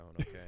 okay